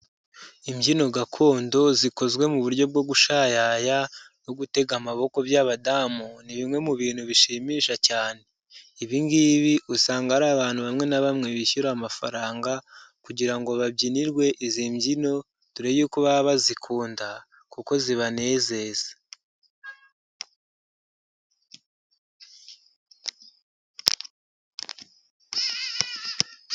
Imbyino gakondo zikozwe mu buryo bwo gushayaya no gutega amaboko by'abadamu ni bimwe mu bintu bishimisha cyane, ibi ngibi usanga ari abantu bamwe na bamwe bishyura amafaranga kugira ngo babyinirwe izi mbyino dore yuko baba bazikunda kuko zibanezeza.